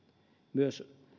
myös